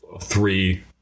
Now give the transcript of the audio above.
three